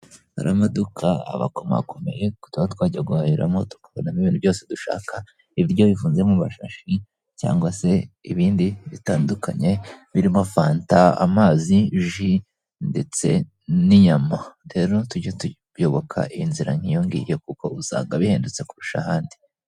Hari amaduka aba akomakomeye tuba twajya guhaheramo, tukabonamo ibintu byose dushaka, ibiryo bifunze mu mashashi cyangwa se ibindi bitandukanye birimo fanta, amazi, ji ndetse n'inyama, rero tujye tuyoboka inzirz nk'iyo ngiyo, kuko usanga bihedutse kurusha ahandi.